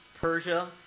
Persia